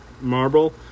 marble